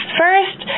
first